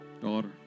daughter